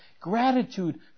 gratitude